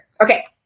Okay